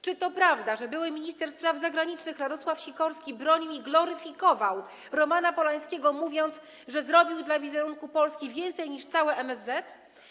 Czy to prawda, że były minister spraw zagranicznych Radosław Sikorski bronił i gloryfikował Romana Polańskiego, mówiąc, że zrobił dla wizerunku Polski więcej niż całe MSZ?